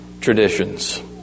traditions